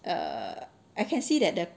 err I can see that the